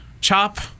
Chop